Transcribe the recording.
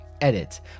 Edit